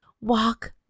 Walk